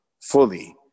fully